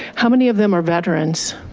how many of them are veterans?